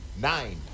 nine